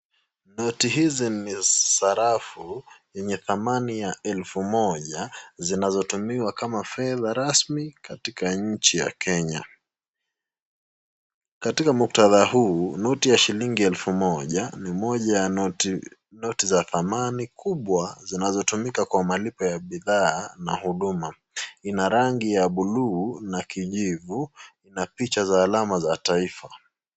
Noti hizi ni sarafu yenye thamani ya elfu moja zinazotumiwa kama fedha rasmi katika nchi ya Kenya. Katika muktadha huu noti ya shilingi elfu moja ni moja ya noti noti za thamani kubwa zinazotumika kwa malipo ya bidhaa na huduma. Ina rangi ya bluu na kijivu, ina picha za alama za taifa.